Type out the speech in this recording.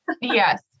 Yes